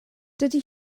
dydy